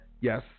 yes